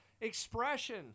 Expression